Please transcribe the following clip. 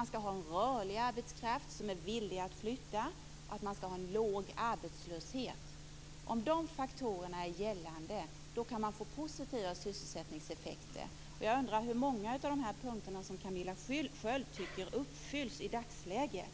Man skall ha en rörlig arbetskraft som är villig att flytta, och man skall ha en låg arbetslöshet. Om dessa faktorer är gällande kan man få positiva sysselsättningseffekter. Jag undrar hur många av dessa punkter som Camilla Sköld tycker uppfylls i dagsläget.